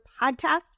podcast